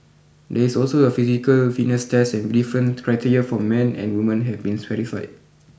there is also a physical fitness test and different criteria for men and women have been specified